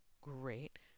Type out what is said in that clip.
great